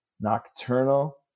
nocturnal